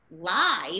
live